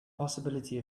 possibility